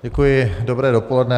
Děkuji, dobré dopoledne.